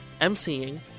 MCing